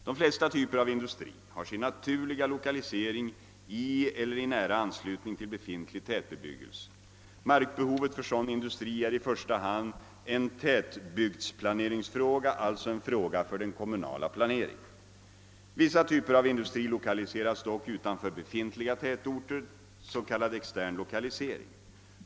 De flesta typer av industri har sin naturliga lokalisering i eller i nära anslutning till befintlig tätbebyggelse. Markbehovet för sådan industri är i första hand en tätbygdsplaneringsfråga, alltså en fråga för den kommunala planeringen. Vissa typer av industri lokaliseras dock utanför befintliga tätorter, s.k. extern lokalisering.